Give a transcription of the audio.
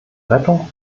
rettung